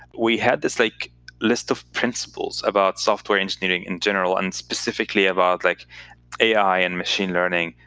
we had this like list of principles about software engineering in general, and specifically about like ai and machine learning,